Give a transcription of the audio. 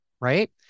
right